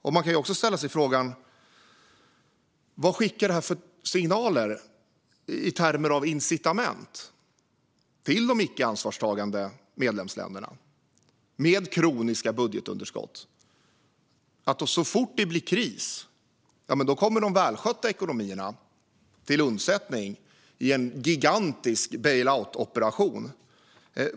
Och man kan också ställa sig frågan: Vad skickar detta för signaler i termer av incitament till de icke ansvarstagande medlemsländerna med kroniska budgetunderskott? Så fort det blir kris kommer de välskötta ekonomierna till undsättning i en gigantisk bail out-operation.